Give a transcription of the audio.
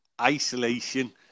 isolation